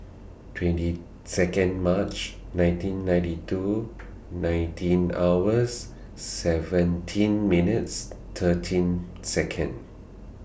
twenty Second March nineteen ninety two nineteen hours seventeen minutes thirteen Second